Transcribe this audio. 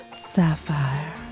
Sapphire